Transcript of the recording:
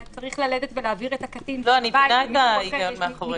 צריך ללדת ולהעביר את הקטין לבית של מישהו אחר.